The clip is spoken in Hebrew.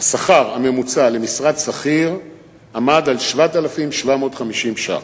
השכר הממוצע למשרת שכיר עמד על 7,750 ש"ח.